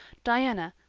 diana,